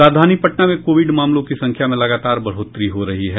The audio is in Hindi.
राजधानी पटना में कोविड मामलों की संख्या में लगातार बढ़ोतरी हो रही है